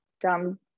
dumb